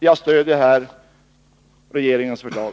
Jag stöder här regeringens förslag.